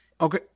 Okay